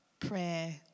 prayer